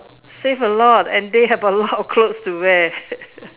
save a lot and they have a lot of clothes to wear